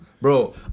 bro